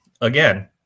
again